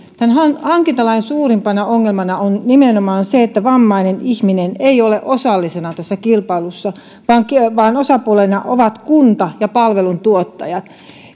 tämän hankintalain suurimpana ongelmana on nimenomaan se että vammainen ihminen ei ole osallisena tässä kilpailussa vaan osapuolina ovat kunta ja palveluntuottajat